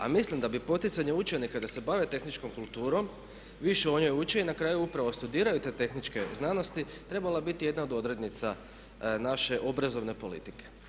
A mislim da bi poticanje učenika da se bave tehničkom kulturom, više o njoj uče i na kraju upravo studiraju te tehničke znanosti trebala biti jedna od odrednica naše obrazovne politike.